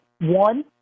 one